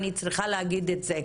אני צריכה להגיד את זה,